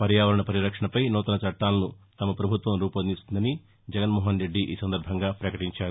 పర్యావరణ పరిరక్షణపై సూతన చట్లాలను తమ ప్రభుత్వం రూపొందిస్తుందని జగన్మోహన్రెడ్డి పకటించారు